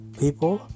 people